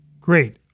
Great